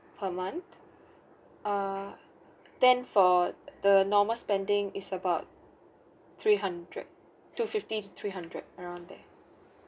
per month err then for the normal spending is about three hundred two fifty to three hundred around there